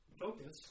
focus